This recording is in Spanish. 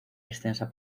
extensa